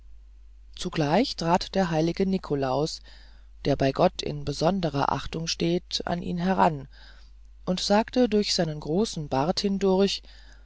zugleich trat der heilige nikolaus der bei gott in besonderer achtung steht an ihn heran und sagte durch seinen großen bart hindurch